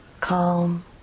calm